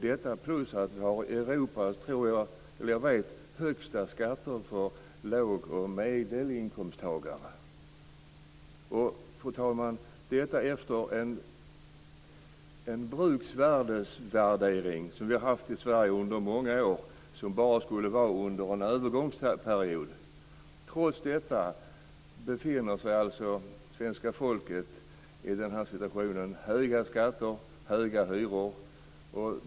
Dessutom har vi Europas högsta skatter för lågoch medelinkomsttagare. Fru talman! Det bruksvärdessystem som vi har haft i Sverige under många år skulle vi bara ha under en övergångsperiod. Trots detta befinner sig svenska folket i en situation med höga skatter och höga hyror.